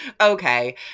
Okay